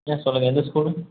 சொல்லுங்கள் எந்த ஸ்கூலு